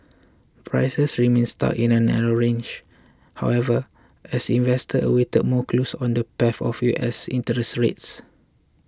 prices remained stuck in a narrow range however as investors awaited more clues on the path of U S interest rates